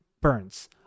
Burns